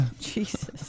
Jesus